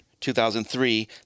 2003